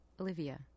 Olivia